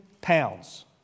pounds